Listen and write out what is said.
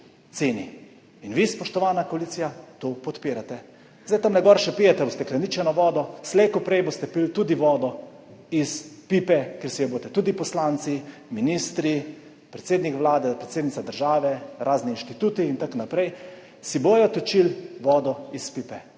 In vi, spoštovana koalicija, to podpirate. Zdaj tam gor še pijete ustekleničeno vodo, slej ko prej boste pili tudi vodo iz pipe, ker si boste, tudi poslanci, ministri, predsednik Vlade, predsednica države, razni inštituti in tako naprej, točili vodo iz pipe.